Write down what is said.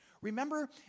Remember